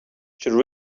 should